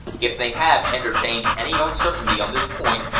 if they had entertained any uncertainty on this point,